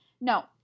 No